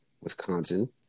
Wisconsin